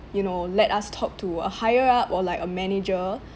you know let us talk to a higher up or like a manager